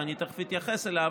ותכף אתייחס אליו,